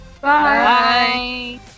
Bye